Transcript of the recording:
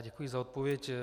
Děkuji za odpověď.